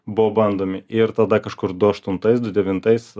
buvo bandomi ir tada kažkur du aštuntais du devintais